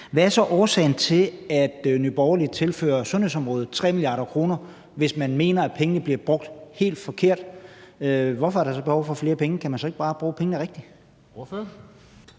hvad er årsagen til, at Nye Borgerlige tilfører sundhedsområdet 3 mia. kr.? Hvis man mener, at pengene bliver brugt helt forkert, hvorfor er der så behov for flere penge? Kan man så ikke bare bruge pengene rigtigt?